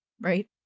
Right